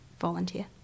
volunteer